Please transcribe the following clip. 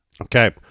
Okay